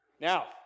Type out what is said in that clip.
Now